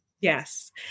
Yes